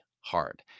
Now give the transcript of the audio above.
hard